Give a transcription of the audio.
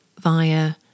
via